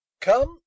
come